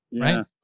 Right